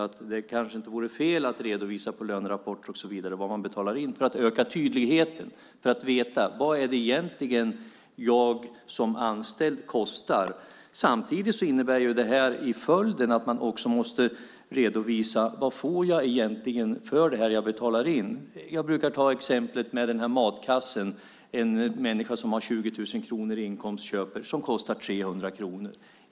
Det vore kanske inte fel att redovisa på lönerapporter och så vidare vad man betalar in för att öka tydligheten, för att jag ska veta vad jag som anställd egentligen kostar. Samtidigt innebär det här i förlängningen att man också måste redovisa vad jag egentligen får för det jag betalar in. Jag brukar ta exemplet med matkassen, som en människa som har 20 000 kronor i inkomst köper, som kostar 300 kronor.